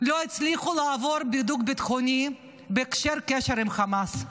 לא הצליחו לעבור בידוק ביטחוני בגלל הקשר לחמאס,